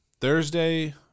Thursday